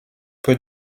peu